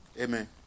Amen